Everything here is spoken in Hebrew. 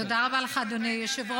תודה רבה לך, אדוני היושב-ראש.